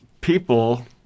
people